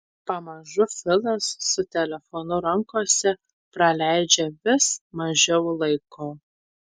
pamažu filas su telefonu rankose praleidžia vis mažiau laiko